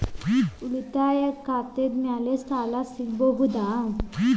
ಉಳಿತಾಯ ಖಾತೆದ ಮ್ಯಾಲೆ ಸಾಲ ಸಿಗಬಹುದಾ?